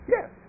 Yes